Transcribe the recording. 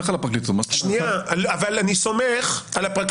אמרנו: לא נלך על הסדר ערום כזה כמו בפקודת